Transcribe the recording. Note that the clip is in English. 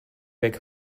back